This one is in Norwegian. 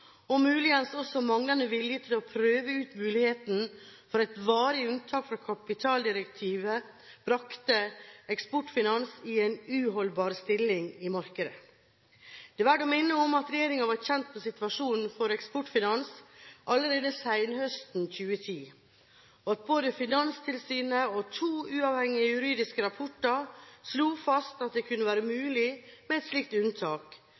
og muligens også manglende vilje til å prøve ut muligheten for et varig unntak fra kapitaldirektivet brakte Eksportfinans i en uholdbar stilling i markedet. Det er verdt å minne om at regjeringen var kjent med situasjonen for Eksportfinans allerede senhøstes 2010, og at både Finanstilsynet og to uavhengige juridiske rapporter slo fast at det kunne være mulig med et slikt unntak,